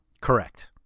Correct